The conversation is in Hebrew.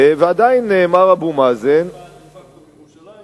ועדיין מר אבו מאזן, ההקפאה דה-פקטו בירושלים.